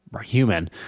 human